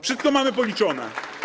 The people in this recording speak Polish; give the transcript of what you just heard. Wszystko mamy policzone.